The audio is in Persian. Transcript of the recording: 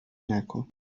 نکن